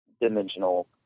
dimensional